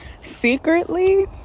Secretly